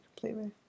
completely